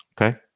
Okay